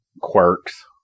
quirks